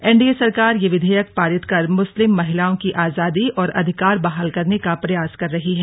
NDA सरकार यह विधेयक पारित कर मुस्लिम महिलाओं की आजादी और अधिकार बहाल करने का प्रयास कर रही है